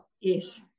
Yes